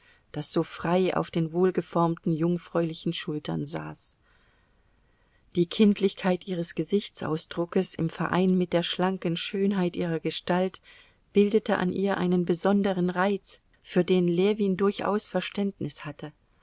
das so frei auf den wohlgeformten jungfräulichen schultern saß die kindlichkeit ihres gesichtsausdruckes im verein mit der schlanken schönheit ihrer gestalt bildete an ihr einen besonderen reiz für den ljewin durchaus verständnis hatte